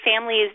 families